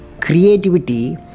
Creativity